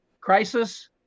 crisis